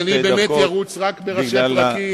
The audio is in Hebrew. אז אני באמת ארוץ רק בראשי פרקים,